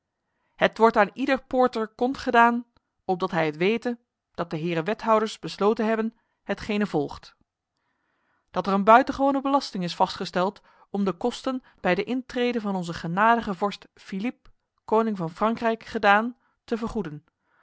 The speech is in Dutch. het wordt aan ieder poorter kond gedaan opdat hij het wete dat de heren wethouders besloten hebben hetgene volgt dat er een buitengewone belasting is vastgesteld om de kosten bij de intrede van onze genadige vorst philippe koning van frankrijk gedaan te vergoeden